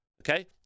okay